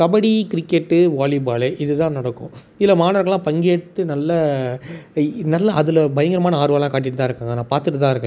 kabaddi cricket volleyball இதுதான் நடக்கும் இதில் மாணவர்களெலாம் பங்கேற்று நல்ல நல்ல அதில் பயங்கரமான ஆர்வமெலாம் காட்டிகிட்டு தான் இருக்காங்க நான் பார்த்துட்டுதான் இருக்கேன் இன்னும் கூட